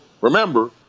remember